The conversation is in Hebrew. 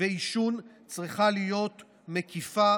ועישון צריכה להיות מקיפה